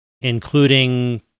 including